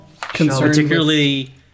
particularly